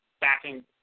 backing